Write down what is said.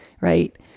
right